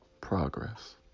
progress